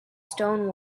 stone